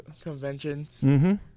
conventions